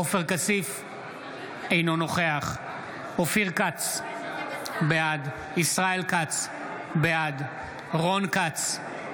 אינו נוכח אופיר כץ, בעד ישראל כץ, בעד רון כץ,